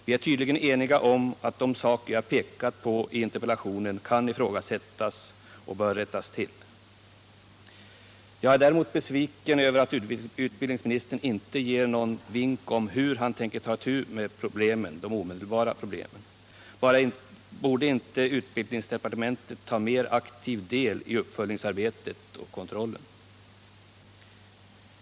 Vi är tydligen eniga om att de saker jag pekat på i interpellationen kan ifrågasättas och bör rättas till. Däremot är jag besviken över att utbildningsministern inte ger någon vink om hur han tänker ta itu med de omedelbara problemen. Borde inte utbildningsdepartementet ta en mera aktiv del i uppföljningsarbetet och kontrollen?